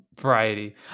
variety